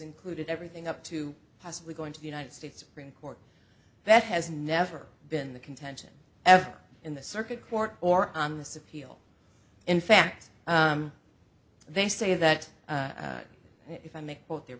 included everything up to possibly going to the united states court that has never been the contention ever in the circuit court or on the subpoena in fact they say that if i make both